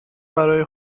برای